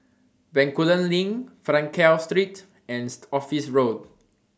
Bencoolen LINK Frankel Street and Office Road